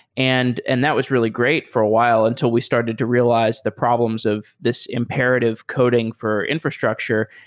and and that was really great for a while until we started to realize the problems of this imperative coding for infrastructure.